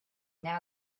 now